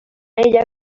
ella